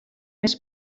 més